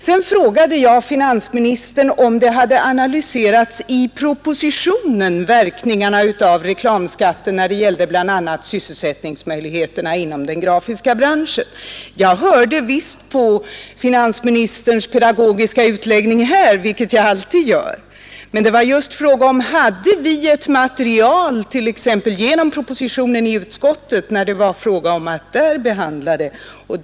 Sedan frågade jag finansministern om man i propositionen har analyserat verkningarna av reklamskatten när det gällde bl.a. sysselsättningsmöjligheterna inom den grafiska branschen. Jag hörde visst på finansministerns utläggning här — det gör jag alltid. Men frågan gällde om vi t.ex. genom propositionen i utskottet hade fått material när det var fråga om att där behandla saken.